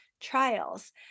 trials